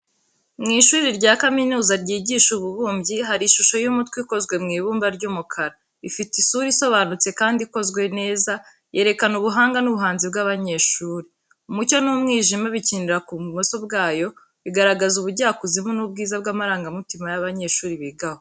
Mu ishuri rya kaminuza ryigisha ububumbyi, hari ishusho y’umutwe ikozwe mu ibumba ry’umukara. Ifite isura isobanutse kandi ikozwe neza, yerekana ubuhanga n’ubuhanzi bw'abanyeshuri. Umucyo n’umwijima bikinira ku buso bwayo, bigaragaza ubujyakuzimu n’ubwiza bw’amarangamutima y'abanyashuri biga aho.